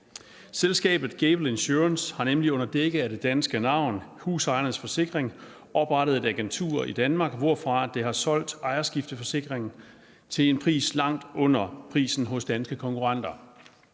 Selskabet Gable Insurance har nemlig under dække af det danske navn Husejernes Forsikring oprettet et agentur i Danmark, hvorfra det har solgt ejerskifteforsikringer til en pris langt under prisen hos danske konkurrenter.